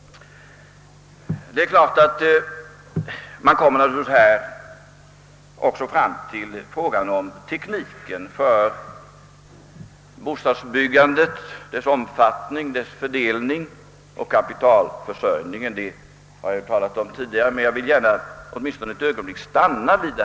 Det är klart att man i detta sammanhang också kommer fram till frågan om tekniken för bostadsbyggandet, dess omfattning, dess fördelning och kapitalförsörjning. Det har jag talat om tidigare, men jag vill gärna ett ögonblick stanna därvid.